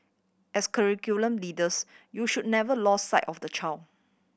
as curriculum leaders you should never lose sight of the child